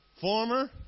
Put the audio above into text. former